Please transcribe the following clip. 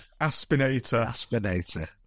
Aspinator